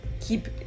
keep